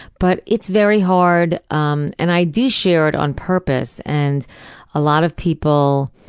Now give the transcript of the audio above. but it's very hard, um and i do share it on purpose, and a lot of people,